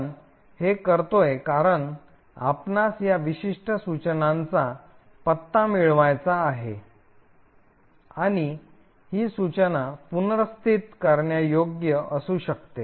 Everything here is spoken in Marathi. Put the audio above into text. आपण हे करतोय कारण आपणास या विशिष्ट सूचनांचा पत्ता मिळवायचा आहे आणि ही सूचना पुनर्स्थित करण्यायोग्य असू शकते